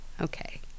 Okay